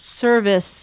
service